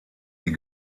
die